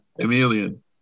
chameleon